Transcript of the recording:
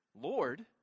Lord